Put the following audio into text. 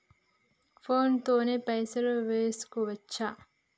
Phone తోని పైసలు వేసుకోవచ్చా?